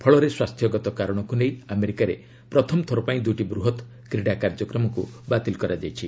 ଫଳରେ ସ୍ୱାସ୍ଥ୍ୟଗତ କାରଣକୁ ନେଇ ଆମେରିକାରେ ପ୍ରଥମ ଥରପାଇଁ ଦୁଇଟି ବୃହତ୍ କ୍ରୀଡ଼ା କାର୍ଯ୍ୟକ୍ରମକୁ ବାତିଲ୍ କରାଯାଇଛି